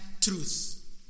truth